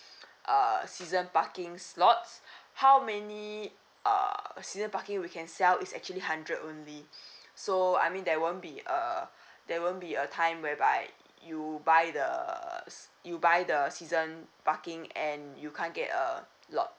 uh season parking slot how many uh season parking we can sell is actually hundred only so I mean there won't be uh there won't be a time whereby you buy the you buy the season parking and you can't get a lot